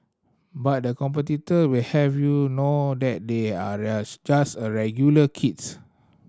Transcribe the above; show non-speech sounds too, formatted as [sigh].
but the competitor will have you know that they are [unintelligible] just regular kids